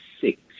six